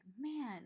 man